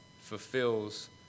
fulfills